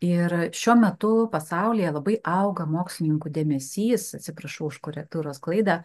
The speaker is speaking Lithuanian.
ir šiuo metu pasaulyje labai auga mokslininkų dėmesys atsiprašau už korektūros klaidą